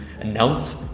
announce